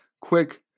quick